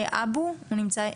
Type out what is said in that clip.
בבקשה.